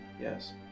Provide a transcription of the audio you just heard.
yes